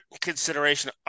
consideration